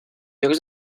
llocs